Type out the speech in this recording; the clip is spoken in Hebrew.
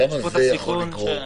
יש פה את הסיכון הזה.